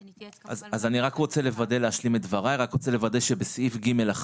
ונתייעץ כמובן --- אני רק רוצה להשלים את דבריי ולוודא שבסעיף (ג1),